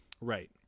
Right